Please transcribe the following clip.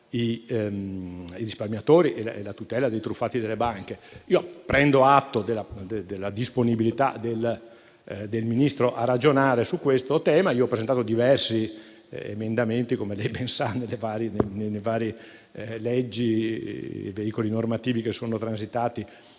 i risparmiatori e la tutela dei truffati dalle banche. Prendo atto della disponibilità del Ministro a ragionare su questo tema. Io ho presentato diversi emendamenti, come lei ben sa, ai vari disegni di legge e veicoli normativi che sono transitati